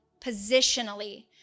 Positionally